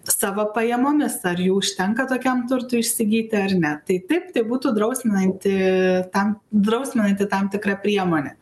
savo pajamomis ar jų užtenka tokiam turtui isigyti ar ne tai taip tai būtų drausminanti tam drausminanti tam tikra priemonė